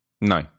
No